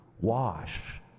wash